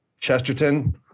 Chesterton